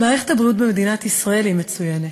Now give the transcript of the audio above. מערכת הבריאות במדינת ישראל היא מצוינת,